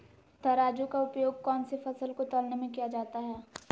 तराजू का उपयोग कौन सी फसल को तौलने में किया जाता है?